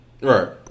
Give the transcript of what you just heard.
Right